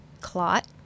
clot